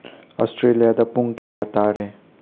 ꯑꯣꯁꯇ꯭ꯔꯦꯂꯤꯌꯥꯗ ꯄꯨꯡ ꯀꯌꯥ ꯇꯥꯔꯦ